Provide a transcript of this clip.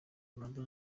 uganda